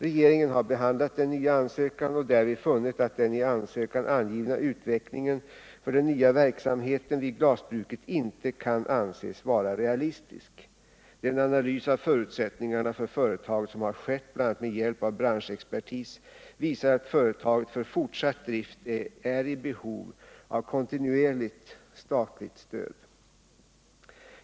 Regeringen har behandlat den nya ansökan och därvid funnit att den i ansökan angivna utvecklingen för den nya verksamheten vid glasbruket inte kan anses vara realistisk. Den analys av förutsättningarna för företaget som har skett, bl.a. med hjälp av branschexpertis, visar att företaget för fortsatt drift är i behov av kontinuerligt statligt stöd.